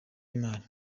y’imari